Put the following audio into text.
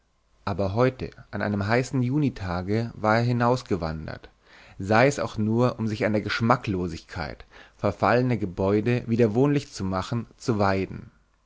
aber heute an einem heißen junitage war er hinausgewandert sei es auch nur um sich an der geschmacklosigkeit verfallene gebäude wieder wohnlich zu machen zu weiden